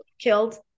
killed